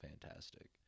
fantastic